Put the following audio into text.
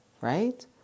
right